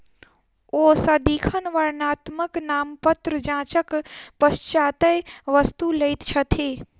ओ सदिखन वर्णात्मक नामपत्र जांचक पश्चातै वस्तु लैत छथि